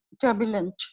turbulent